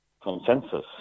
consensus